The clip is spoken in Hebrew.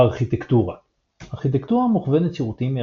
הארכיטקטורה ארכיטקטורה מוכוונת שירותים היא